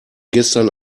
gestern